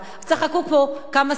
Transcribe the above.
צחקו פה כמה שרים,